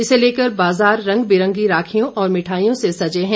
इसे लेकर बाज़ार रंग बिरंगी राखियों और मिठाईयों से सजे हैं